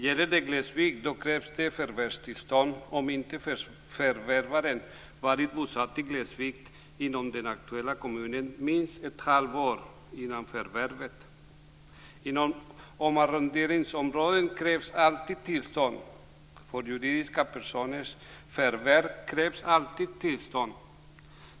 Gäller det glesbygd krävs det förvärvstillstånd om inte förvärvaren varit bosatt i glesbygd inom den aktuella kommunen minst ett halvår före förvärvet. Inom omarronderingsområde krävs det alltid tillstånd. För juridiska personers förvärv krävs det alltid tillstånd.